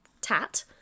tat